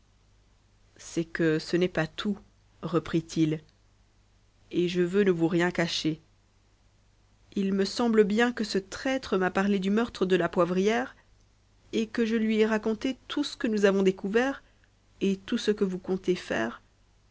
c'est que ce n'est pas tout reprit-il et je veux ne vous rien cacher il me semble bien que ce traître m'a parlé du meurtre de la poivrière et que je lui ai raconté tout ce que nous avons découvert et tout ce que vous comptez faire